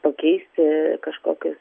pakeisti kažkokius